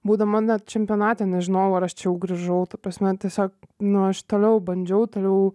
būdama net čempionate nežinojau aš čia jau grįžau ta prasme tiesiog nu aš toliau bandžiau toliau